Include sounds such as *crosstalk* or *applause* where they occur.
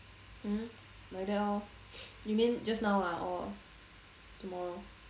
hmm like that lor *noise* you mean just now ah or tomorrow